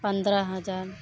पंद्रह हजार